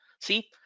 see